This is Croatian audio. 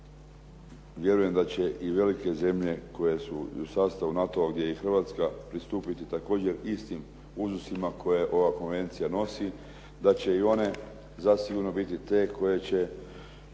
vjerujem da će i velike zemlje koje su i u sastavu NATO-a gdje je i Hrvatska, pristupiti također istim uzusima koje ova Konvencija nosi, da će i one zasigurno biti te koje će